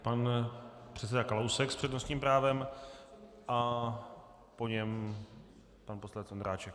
Pan předseda Kalousek s přednostním právem a po něm pan poslanec Ondráček.